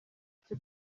icyo